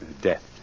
death